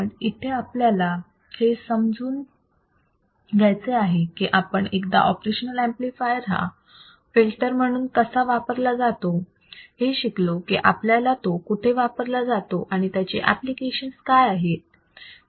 पण इथे आपल्याला हे समजून घ्यायचे आहे की एकदा आपण ऑपरेशनल ऍम्प्लिफायर हा फिल्टर म्हणून कसा वापरला जातो हे शिकलो की आपल्याला तो कुठे वापरला जातो आणि त्याची एप्लिकेशन्स काय आहेत हे समजून घेतले पाहिजे